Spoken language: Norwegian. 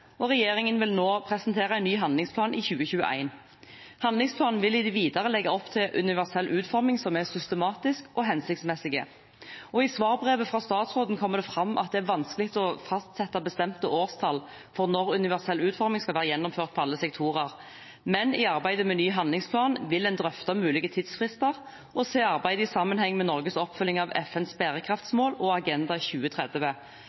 og regjeringen vil presentere en ny handlingsplan i 2021. Handlingsplanen vil i det videre legge opp til en universell utforming som er systematisk og hensiktsmessig, og i svarbrevet fra statsråden kommer det fram at det er vanskelig å fastsette bestemte årstall for når universell utforming skal være gjennomført på alle sektorer. Men i arbeidet med ny handlingsplan vil en drøfte mulige tidsfrister og se arbeidet i sammenheng med Norges oppfølging av FNs bærekraftsmål og Agenda 2030.